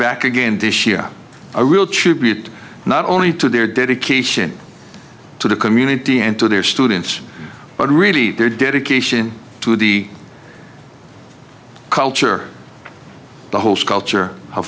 back again this year a real tribute not only to their dedication to the community and to their students but really their dedication to the culture the whole sculpture